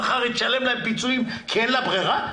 מחר היא תשלם להם פיצויים כי אין לה ברירה?